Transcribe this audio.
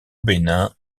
bénin